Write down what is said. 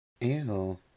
ew